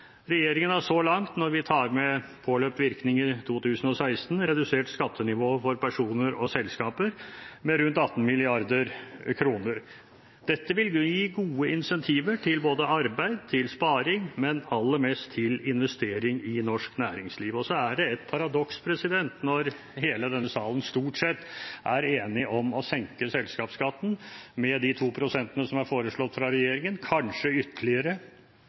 Regjeringen har så langt – når vi tar med påløpt virkning i 2016 – redusert skattenivået for personer og selskaper med rundt 18 mrd. kr. Dette vil gi gode incentiver både til arbeid og til sparing, men aller mest til investering i norsk næringsliv. Og så er det et paradoks at når hele denne salen, stort sett, er enige om å senke selskapsskatten med de 2 pst. som er foreslått fra regjeringen, og kanskje ytterligere